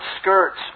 skirts